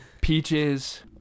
Peaches